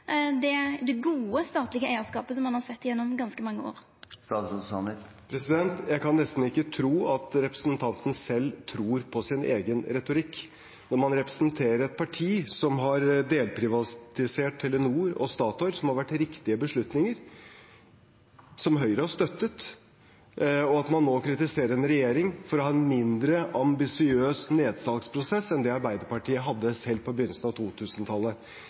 det gode statlege eigarskapet som ein har sett gjennom ganske mange år? Jeg kan nesten ikke tro at representanten selv tror på sin egen retorikk når man representerer et parti som har delprivatisert Telenor og Statoil, som har vært riktige beslutninger, og som Høyre har støttet, og at man nå kritiserer en regjering for å ha en mindre ambisiøs nedsalgsprosess enn det Arbeiderpartiet hadde selv på begynnelsen av